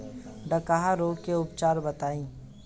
डकहा रोग के उपचार बताई?